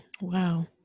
Wow